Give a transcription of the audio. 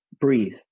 breathe